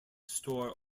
store